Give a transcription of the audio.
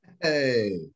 hey